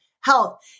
health